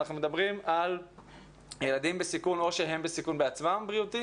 אנחנו מדברים על ילדים בסיכון או שהם בסיכון בריאותי,